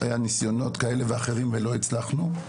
היו נסיונות כאלה ואחרים ולא הצליחו.